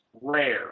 rare